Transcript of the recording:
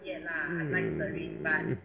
mm